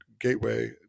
gateway